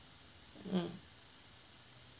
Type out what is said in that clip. mm